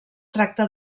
tracta